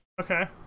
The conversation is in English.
Okay